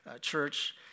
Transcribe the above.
church